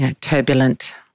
turbulent